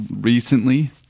recently